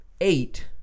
eight